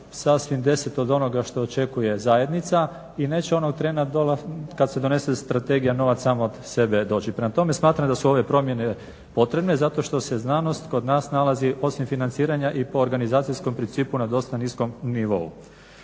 sasvim deseto od onoga što očekuje zajednica i neće onog trena kad se donese strategija novac sam od sebe doći. Prema tome, smatram da su ove promjene potrebne zato što se znanost kod nas nalazi osim financiranja i po organizacijskom principu na dosta niskom nivou.